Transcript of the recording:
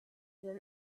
than